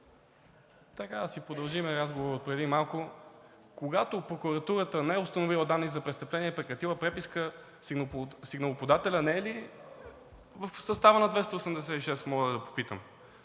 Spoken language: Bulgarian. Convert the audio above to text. да си продължим разговора отпреди малко. Когато прокуратурата не е установила данни за престъпление, прекратила преписка, сигналоподателят не е ли в състава на 286, ако мога да попитам?